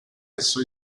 esso